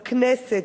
בכנסת,